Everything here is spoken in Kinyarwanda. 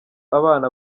abana